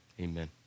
amen